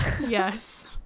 Yes